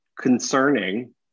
concerning